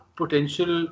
potential